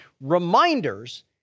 reminders